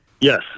Yes